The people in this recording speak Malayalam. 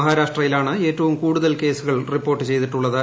മഹാരാഷ്ട്രയില്ലാണ് ഏറ്റവും കൂടുതൽ കേസുകൾ റിപ്പോർട്ട് ചെയ്തിട്ടുള്ളത്